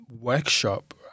workshop